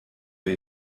wir